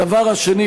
הדבר השני,